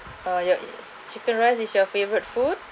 uh your is chicken rice is your favourite food